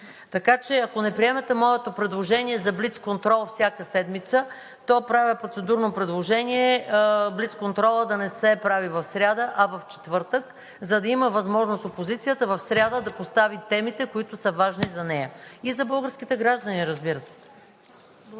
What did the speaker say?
Така че ако не приемете моето предложение за блицконтрол всяка седмица, то правя процедурно предложение блицконтролът да не се прави в сряда, а в четвъртък, за да има възможност опозицията в сряда да постави темите, които са важни за нея и за българските граждани, разбира се.